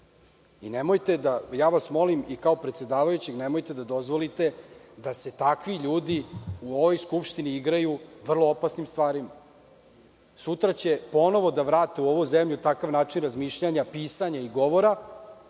Nemojte, molim vas kao predsedavajućeg, da dozvolite da se takvi ljudi u ovoj Skupštini igraju vrlo opasnim stvarima. Sutra će ponovo da vrate u ovu zemlju takav način razmišljanja, pisanja i govora,